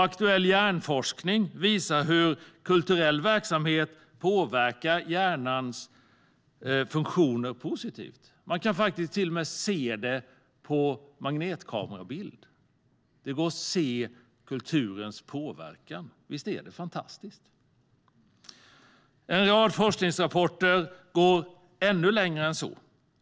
Aktuell hjärnforskning visar hur kulturell verksamhet påverkar hjärnans funktioner positivt. Man kan till och med se det på en magnetkamerabild. Det går att se kulturens påverkan - visst är det fantastiskt! En rad forskningsrapporter går längre än så.